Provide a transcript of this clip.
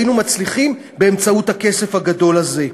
היינו מצליחים באמצעות הכסף הגדול הזה?